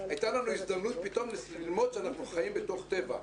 הייתה לנו הזדמנות פתאום ללמוד שאנחנו חיים בתוך טבע.